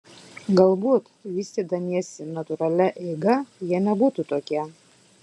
galbūt vystydamiesi natūralia eiga jie nebūtų tokie